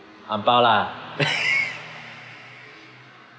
ang pao lah